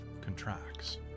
contracts